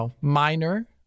minor